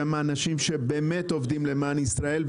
גם האנשים שבאמת עובדים למען ישראל,